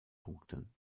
punkten